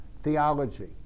Theology